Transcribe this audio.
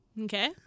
Okay